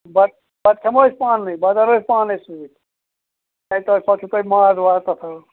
بَتہٕ بَتہٕ کھٮ۪مو أسۍ پنٛنُے بتہٕ اَنو أسۍ پانَے سۭتۍ کیٛازِ تۄہہِ پَتہٕ چھُو تۄہہِ ماز واز تَتھو